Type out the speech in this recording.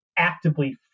actively